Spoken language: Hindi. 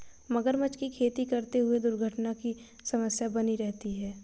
मगरमच्छ की खेती करते हुए दुर्घटना की समस्या बनी रहती है